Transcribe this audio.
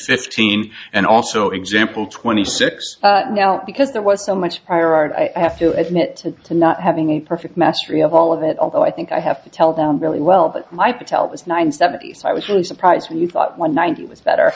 fifteen and also example twenty six now because there was so much prior art i have to admit to not having a perfect mastery of all of it although i think i have to tell down really well but my patel was nine seventy s i was really surprised when you thought one ninety was better